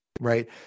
Right